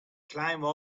climbed